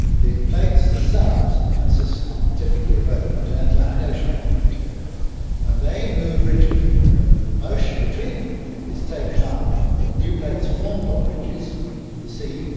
the plates themselves consist of typically both continental and oceanic material and they move rigidly. the motion between them is taken up that new plates formed on ridges beneath the sea,